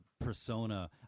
persona